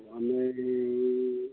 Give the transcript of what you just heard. माने